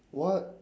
what